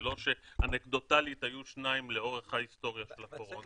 זה לא שאנקדוטאלית היו שניים לאורך ההיסטוריה של הקורונה.